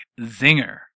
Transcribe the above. Zinger